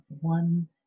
one